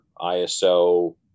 ISO